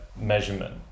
measurement